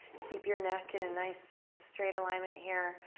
keep your neck in a nice straight alignment here,